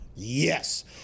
Yes